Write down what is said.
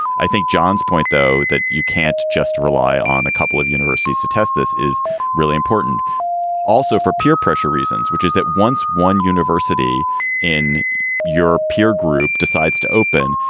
i think john's point, though, that you can't just rely on a couple of universities to test this is really important also for peer pressure reasons, which is that once one university in your peer group decides to open,